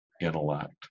intellect